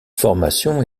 formation